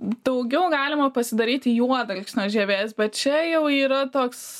daugiau galima pasidaryt juodalksnio žievės bet čia jau yra toks